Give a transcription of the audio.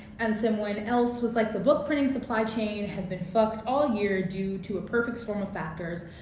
and someone else was like the book printing supply chain has been fucked all year due to a perfect storm of factors.